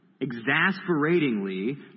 exasperatingly